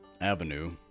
Avenue